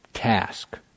Task